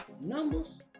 Numbers